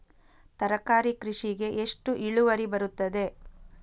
ತರಕಾರಿ ಕೃಷಿಗೆ ಎಷ್ಟು ಇಳುವರಿ ಬರುತ್ತದೆ?